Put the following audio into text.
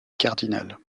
cardinal